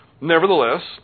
Nevertheless